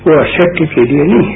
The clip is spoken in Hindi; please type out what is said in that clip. वो असत्य के लिए नहीं है